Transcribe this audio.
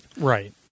Right